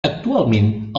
actualment